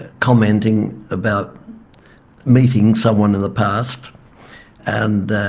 ah commenting about meeting someone in the past and